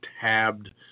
tabbed